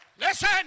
Listen